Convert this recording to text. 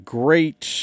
great